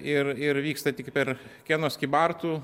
ir ir vyksta tik per kenos kybartų